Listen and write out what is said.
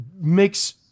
makes –